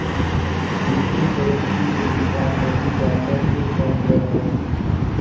crypto currency एगो binary data के संग्रह ह